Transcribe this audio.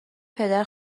پدر